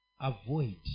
avoid